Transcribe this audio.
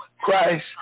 Christ